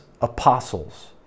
apostles